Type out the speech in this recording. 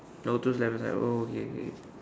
[oh[ towards left hand side oh okay okay okay